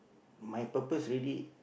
my purpose already